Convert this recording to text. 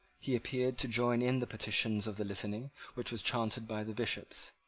he appeared to join in the petitions of the litany which was chaunted by the bishops.